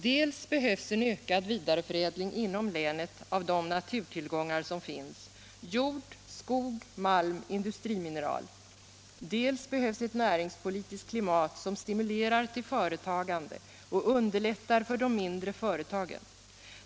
Dels behövs en ökad vidareförädling inom länet av de naturtillgångar som finns — jord, skog, malm och industrimineral — dels behövs ett näringspolitiskt klimat som stimulerar till företagande och underlättar för de mindre företagen.